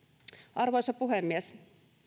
arvoisa puhemies